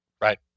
Right